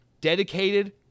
dedicated